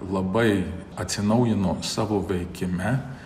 labai atsinaujino savo veikime